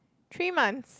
three months